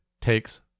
takes